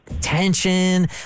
tension